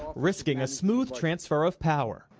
risking a smooth transfer of power.